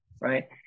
right